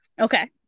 okay